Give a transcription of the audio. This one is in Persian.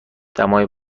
دمای